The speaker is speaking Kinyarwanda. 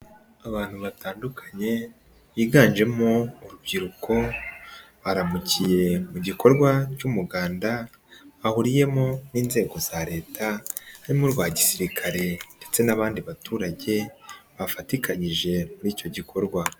Abantu batandukanye higanjemo urubyiruko, baramukiye mu gikorwa cy'umuganda bahuriyemo n'inzego za Leta harimo urwa gisirikare ndetse n'abandi baturage bafatikanyije muri icyo gikorwa.